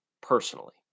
personally